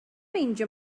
meindio